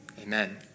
Amen